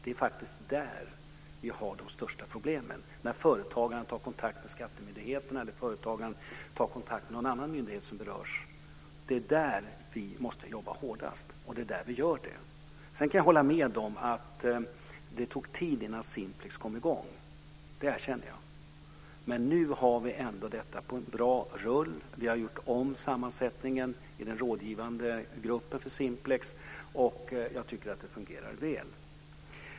Det är faktiskt där vi har de största problemen, när företagaren tar kontakt med skattemyndigheten eller någon annan myndighet som berörs. Det är där vi måste jobba hårdast, och det är där vi också gör det. Sedan kan jag hålla med om att det tog tid innan Simplex kom i gång - det erkänner jag. Men nu har vi ändå detta på bra rull. Vi har gjort om sammansättningen i den rådgivande gruppen för Simplex, och jag tycker att det fungerar väl.